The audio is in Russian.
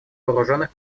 вооруженных